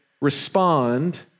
respond